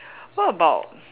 what about